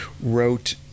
Wrote